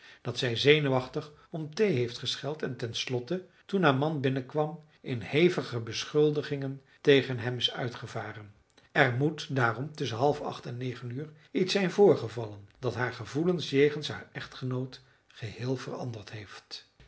dat zij zenuwachtig om thee heeft gescheld en ten slotte toen haar man binnenkwam in hevige beschuldigingen tegen hem is uitgevaren er moet daarom tusschen half acht en negen uur iets zijn voorgevallen dat haar gevoelens jegens haar echtgenoot geheel veranderd heeft